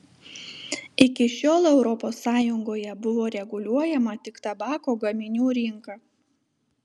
iki šiol europos sąjungoje buvo reguliuojama tik tabako gaminių rinka